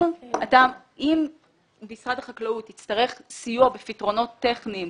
אם משרד החקלאות יצטרך סיוע בפתרונות טכניים